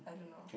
I don't know